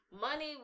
Money